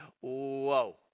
whoa